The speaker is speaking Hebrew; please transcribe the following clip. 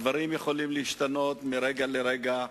הדברים יכולים להשתנות מרגע לרגע,